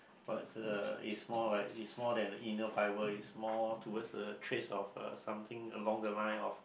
but uh it's more like it's more than inner fibre it's towards the traits of uh something along the line of